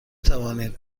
توانید